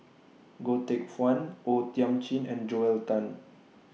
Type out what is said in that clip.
Goh Teck Phuan O Thiam Chin and Joel Tan